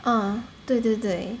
啊对对对